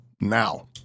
now